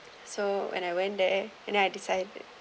so when I went there and then I decide